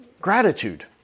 gratitude